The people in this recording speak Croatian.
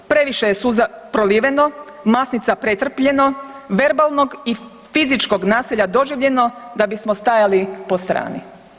Previše je suza proliveno, masnica pretrpljeno, verbalnog i fizičkog nasilja doživljeno da bismo stajali po strani.